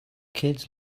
kids